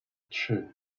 trzy